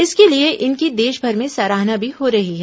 इसके लिए इनकी देशभर में सराहना भी हो रही है